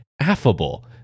affable